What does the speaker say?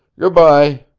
goodby